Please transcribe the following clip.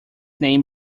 name